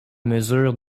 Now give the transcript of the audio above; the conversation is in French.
mesure